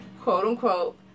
quote-unquote